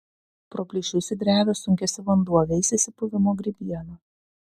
pro plyšius į drevę sunkiasi vanduo veisiasi puvimo grybiena